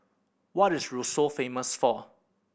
what is Roseau famous for